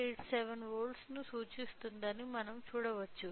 87 వోల్ట్లను సూచిస్తుందని మనం చూడవచ్చు